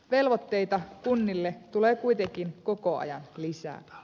velvoitteita kunnille tulee kuitenkin koko ajan lisää